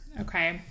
Okay